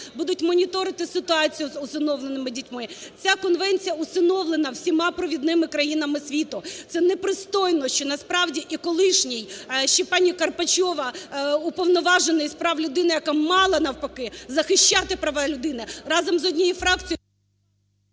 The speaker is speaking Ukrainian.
будуть моніторити ситуацію з усиновленими дітьми. Ця конвенція "усиновлена" всіма провідними країнами світу. Це непристойно, що насправді і колишній, ще пані Карпачова, Уповноважений з прав людини, яка мала навпаки захищати права людини, разом з однією фракцією…